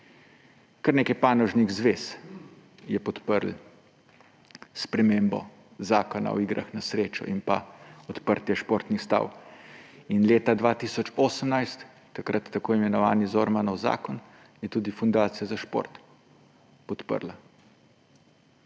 kar nekaj panožnih zvez podprlo spremembo Zakona o igrah na srečo in pa odprtje športnih stav. In leta 2018 takrat tako imenovani Zormanov zakon je tudi Fundacija za šport podprla.